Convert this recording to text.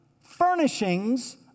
furnishings